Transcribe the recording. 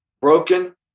broken